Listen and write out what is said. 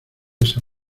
esa